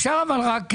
אפשר אבל רק בסוף,